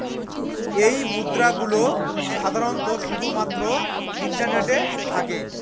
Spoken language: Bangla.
এই মুদ্রা গুলো সাধারনত শুধু মাত্র ইন্টারনেটে থাকে